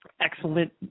excellent